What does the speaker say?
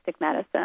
medicine